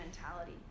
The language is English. mentality